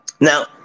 Now